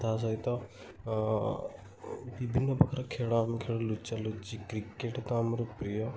ତା'ସହିତ ବିଭିନ୍ନ ପ୍ରକାର ଖେଳା ଆମେ ଖେଳୁ ଲୁଚା ଲୁଚି କ୍ରିକେଟ ତ ଆମର ପ୍ରିୟ